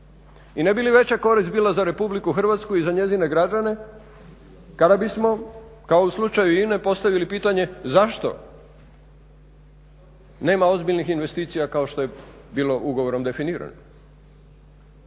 i ne bi li veća korist bila za RH i za njezine građane kada bismo kao u slučaju INE postavili pitanje zašto nema ozbiljnih investicija kao što je bilo ugovorom definirano?